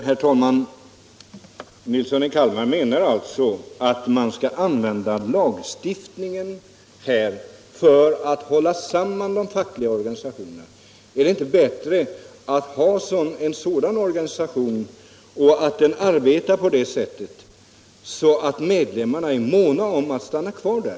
Herr talman! Herr Nilsson i Kalmar menar alltså att man skall använda sig av lagstiftning för att hålla samman de fackliga organisationerna. Är det inte bättre med organisationer som arbetar så att medlemmarna är måna om att stanna kvar i dem?